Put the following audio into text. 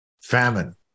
famine